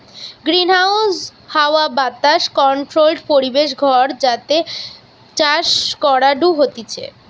greenhouse হাওয়া বাতাস controlled পরিবেশ ঘর যাতে চাষ করাঢু হতিছে